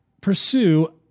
pursue